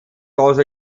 also